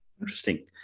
Interesting